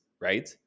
right